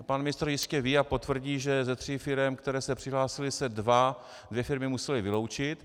Pan ministr jistě ví a potvrdí, že ze tří firem, které se přihlásily, se dvě firmy musely vyloučit.